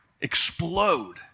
explode